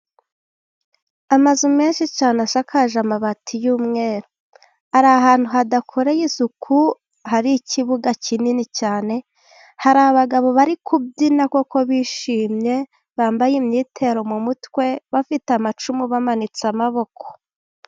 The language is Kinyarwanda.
Amazu menshi cyane asakaje amabati y'umweru, ari ahantu hadakoreye isuku hari ikibuga kinini cyane. Hari abagabo bari kubyina koko bishimye, bambaye imyitero mu mutwe, bafite amacumu bamanitse amaboko.